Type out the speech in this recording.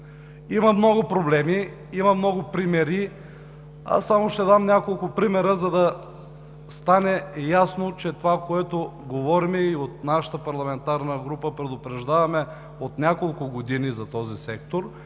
Има много проблеми, има много примери. Ще дам само няколко примера, за да стане ясно, че това, което говорим – от нашата парламентарна група предупреждаваме от няколко години, че този сектор